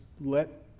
Let